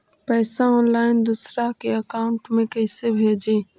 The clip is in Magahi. पैसा ऑनलाइन दूसरा के अकाउंट में कैसे भेजी?